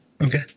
Okay